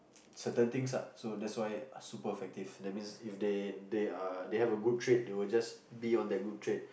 certain things ah so that's why super effective that means if they are they have a good trait they will just be on that good trait